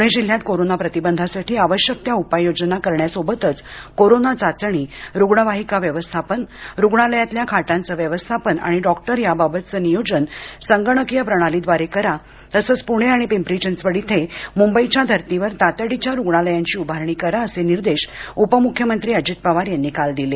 पुणे जिल्ह्यात कोरोना प्रतिबंधासाठी आवश्यक त्या उपाययोजना करण्यासोबतच कोरोना चाचणी रुग्णवाहिका व्यवस्थापन रुग्णालयातील खाटांचं व्यवस्थापन आणि डॉक्टर याबाबतचं नियोजन संगणकीय प्रणालीव्दारे करा तसंच पुणे आणि पिंपरी चिंचवड इथे मुंबईच्या धर्तीवर तातडीच्या रुग्णालयांची उभारणी करा असे निर्देश उपमुख्यमंत्री अजित पवार यांनी काल दिले